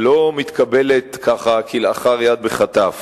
שלא מתקבלת ככה, כלאחר יד, בחטף.